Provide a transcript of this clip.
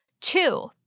Two